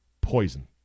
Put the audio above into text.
poison